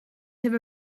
have